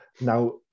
Now